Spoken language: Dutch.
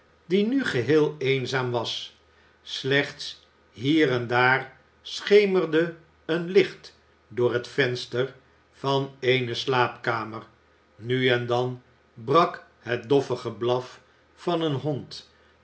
die nu geheel eenzaam was s echts hier en daar schemerde een licht door het venster van eene slaapkamer nu en dan brak het doffe geblaf van een hond